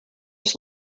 just